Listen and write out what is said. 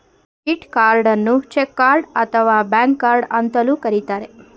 debit ಕಾರ್ಡನ್ನು check card ಅಥವಾ bank card ಅಂತಲೂ ಕರಿತರೆ